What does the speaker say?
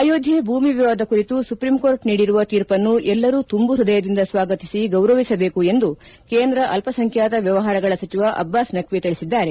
ಅಯೋಧ್ಯೆ ಭೂಮಿ ವಿವಾದ ಕುರಿತು ಸುಪ್ರೀಂಕೋರ್ಟ್ ನೀಡಿರುವ ತೀರ್ಪನ್ನು ಎಲ್ಲರೂ ತುಂಬು ಹೃದಯದಿಂದ ಸ್ವಾಗತಿಸಿ ಗೌರವಿಸಬೇಕು ಎಂದು ಕೇಂದ್ರ ಅಲ್ಪಸಂಖ್ಯಾತ ವ್ಯವಹಾರಗಳ ಸಚಿವ ಅಬ್ಬಾಸ್ ನಖ್ವ ತಿಳಿಸಿದ್ದಾರೆ